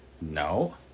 no